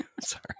Sorry